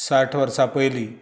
साठ वर्सां पयली